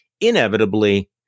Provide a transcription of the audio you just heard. inevitably